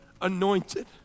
anointed